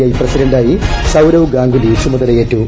I പ്രസിഡന്റായി സൌരവ് ഗാംഗുലി ചുമതലയേറ്റു